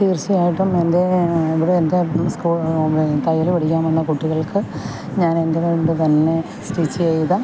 തീര്ച്ചയായിട്ടും എന്റെ ഇവിടെ എന്റെ തയ്യൽ പഠിക്കാന് വന്ന കുട്ടികള്ക്ക് ഞാൻ എന്റെ കൈകൊണ്ടു തന്നെ സ്റ്റിച്ച് ചെയ്ത